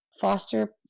foster